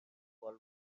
وال